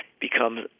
becomes